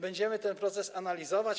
Będziemy ten proces analizować.